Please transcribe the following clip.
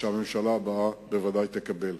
שהממשלה הבאה בוודאי תקבל.